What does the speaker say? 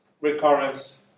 recurrence